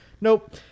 nope